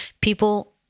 People